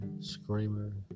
screamer